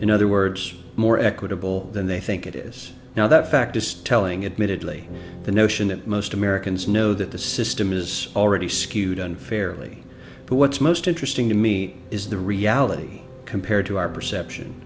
in other words more equitable than they think it is now that fact is telling admittedly the notion that most americans know that the system is already skewed unfairly but what's most interesting to me is the reality compared to our perception